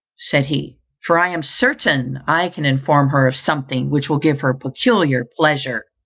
said he, for i am certain i can inform her of something which will give her peculiar pleasure.